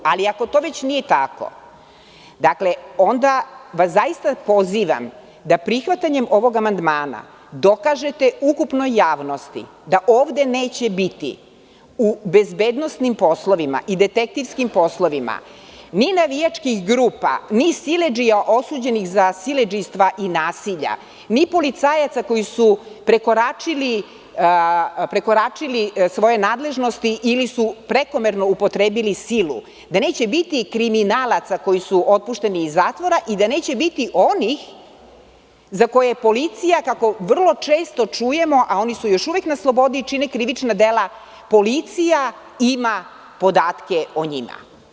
Ali, ako to već nije tako, onda vas zaista pozivam da prihvatanjem ovog amandmana dokažete ukupnoj javnosti da ovde neće biti u bezbednosnim poslovima i detektivskim poslovima ni navijačkih grupa, ni siledžija osuđenih za siledžijstva i nasilja, ni policajaca koji su prekoračili svoje nadležnosti ili su prekomerno upotrebili silu, da neće biti kriminalaca koji su otpušteni iz zatvora i da neće biti onih za koje je policija, kako vrlo često čujemo, a oni su još uvek na slobodi i čine krivična dela, policija ima podatke o njima.